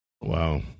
Wow